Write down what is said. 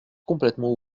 complètement